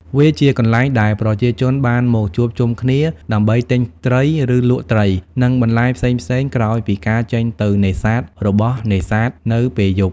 វាជាកន្លែងដែលប្រជាជនបានមកជួបជុំគ្នា ដើម្បីទិញត្រី ឬលក់ត្រី និងបន្លែផ្សេងៗ ក្រោយពីការចេញទៅនេសាទរបស់នេសាទនៅពេលយប់។